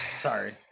Sorry